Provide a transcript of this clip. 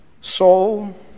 soul